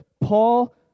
Paul